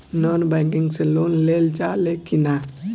Non banking से loan लेल जा ले कि ना?